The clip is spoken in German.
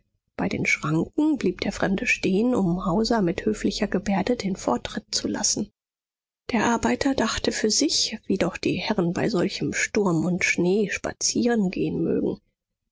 bei den schranken blieb der fremde stehen um hauser mit höflicher gebärde den vortritt zu lassen der arbeiter dachte für sich wie doch die herren bei solchem sturm und schnee spazierengehen mögen